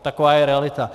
Taková je realita.